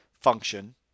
function